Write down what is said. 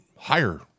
higher